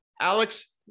Alex